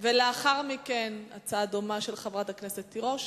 לאחר מכן הצעה דומה של חברת הכנסת תירוש,